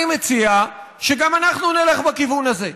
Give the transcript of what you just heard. אני מציע שגם אנחנו נלך בכיוון הזה.